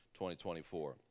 2024